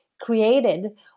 created